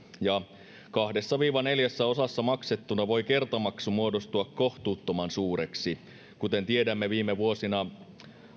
ja kahdessa viiva neljässä osassa maksettuna voi kertamaksu muodostua kohtuuttoman suureksi kuten tiedämme viime vuosina